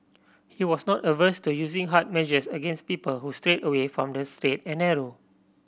he was not averse to using harder measures against people who strayed away from the straight and narrow